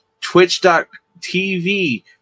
twitch.tv